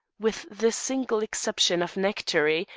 with the single exception of nectori,